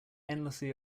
endlessly